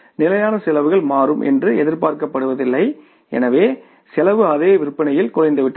நிலையான செலவுகள் மாறும் என்று எதிர்பார்க்கப்படுவதில்லை எனவே செலவு அதே விற்பனையில் குறைந்துவிட்டது